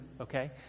okay